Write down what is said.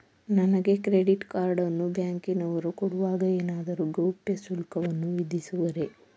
ನನಗೆ credit card ಅನ್ನು ಬ್ಯಾಂಕಿನವರು ಕೊಡುವಾಗ ಏನಾದರೂ ಗೌಪ್ಯ ಶುಲ್ಕವನ್ನು ವಿಧಿಸುವರೇ?